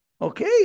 Okay